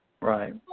Right